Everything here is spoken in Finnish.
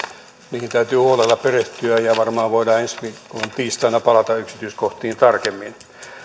niihin täytyy huolella perehtyä ja varmaan voidaan ensi viikon tiistaina palata yksityiskohtiin tarkemmin